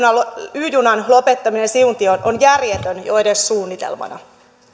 y junan lopettaminen siuntioon on järjetön jo edes suunnitelmana